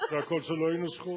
נעשה הכול שלא יינשכו.